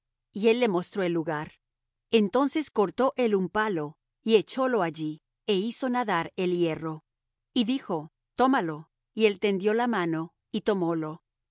y él le mostró el lugar entonces cortó él un palo y echólo allí é hizo nadar el hierro y dijo tómalo y él tendió la mano y tomólo